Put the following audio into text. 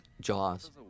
Jaws